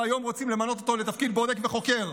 והיום רוצים למנות אותו לתפקיד בודק וחוקר?